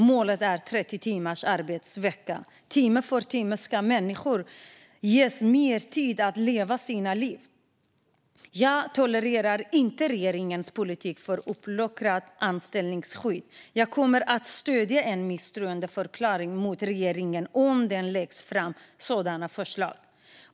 Målet är 30 timmars arbetsvecka. Människor ska ges mer tid att leva sina liv. Jag tolererar inte regeringens politik för uppluckrat anställningsskydd. Jag kommer att stödja en misstroendeförklaring mot regeringen om det läggs fram ett sådant förslag.